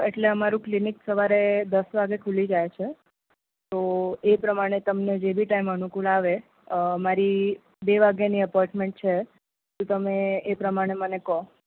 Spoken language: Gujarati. એટલે અમારું ક્લિનિક સવારે દસ વાગ્યે ખૂલી જાય છે તો એ પ્રમાણે તમને જે બી ટાઈમ અનુકૂળ આવે મારી બે વાગ્યેની અપોઈન્ટમેન્ટ છે તો તમે એ પ્રમાણે મને કહો